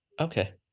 okay